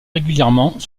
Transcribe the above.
régulièrement